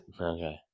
Okay